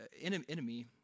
enemy